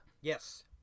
yes